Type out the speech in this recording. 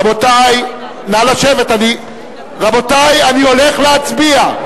רבותי, נא לשבת, אני הולך להצביע.